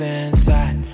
inside